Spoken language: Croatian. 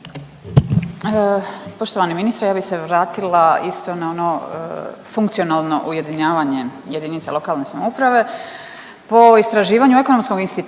Poštovani ministre, ja bi se vratila isto na ono funkcionalno ujedinjavanje JLS. Po istraživanju Ekonomskog instituta